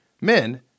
Men